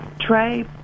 Trey